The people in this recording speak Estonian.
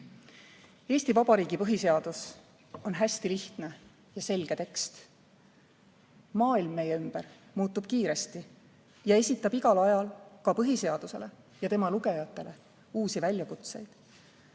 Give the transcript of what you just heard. Eesti Vabariigi põhiseadus on hästi lihtne ja selge. Maailm meie ümber muutub kiiresti ja esitab igal ajal ka põhiseadusele ja tema lugejatele uusi väljakutseid.